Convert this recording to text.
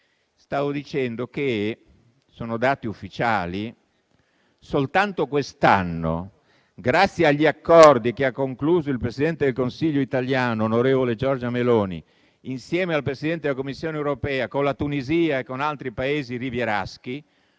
Stavo dicendo - sono dati ufficiali - che soltanto quest'anno, grazie agli accordi che ha concluso il presidente del Consiglio italiano, onorevole Giorgia Meloni, insieme al Presidente della Commissione europea, con la Tunisia e con altri Paesi rivieraschi,